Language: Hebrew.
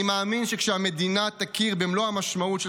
אני מאמין שכשהמדינה תכיר במלוא המשמעות של